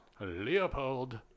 Leopold